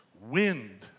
wind